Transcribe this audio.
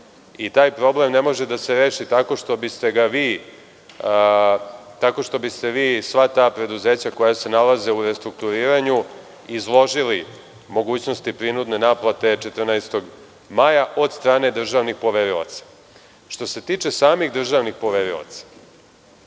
Taj problem ne može da se reši tako što biste vi sva ta preduzeća koja se nalaze u restrukturiranju izložili mogućnosti prinudne naplate 14. maja od strane državnih poverilaca. Što se tiče samih državnih poverilaca,